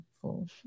full